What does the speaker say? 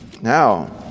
Now